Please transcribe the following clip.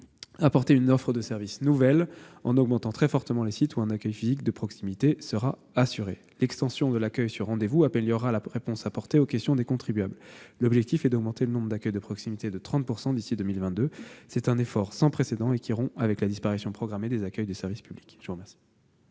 fournir une offre de service nouvelle en augmentant très fortement les sites où un accueil physique de proximité sera assuré. L'extension de l'accueil sur rendez-vous améliorera la réponse apportée aux questions des contribuables. L'objectif est d'augmenter le nombre d'accueils de proximité de 30 % d'ici à 2022. Il s'agit d'un effort sans précédent, qui rompt avec la disparition programmée des accueils de service public.